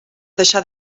deixar